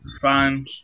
fine